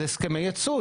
זה הסכמי יצוא,